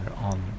on